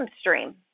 stream